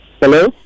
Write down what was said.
Hello